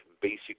basic